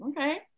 Okay